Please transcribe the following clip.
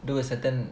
do a certain